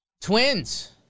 Twins